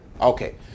Okay